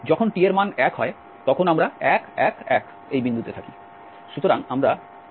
যখন t এর মান 1 হয় হয় তখন আমরা 1 1 1 বিন্দুতে থাকি